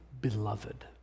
beloved